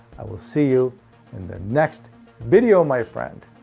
i will see you in the next video my friend!